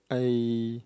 I